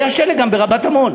היה שלג גם ברבת-עמון.